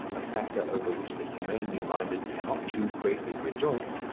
a factor over which the humanely minded cannot too greatly rejoice,